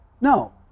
No